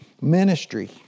ministry